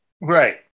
Right